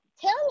tell